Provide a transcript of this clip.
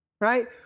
Right